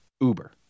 Uber